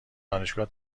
دانشگاه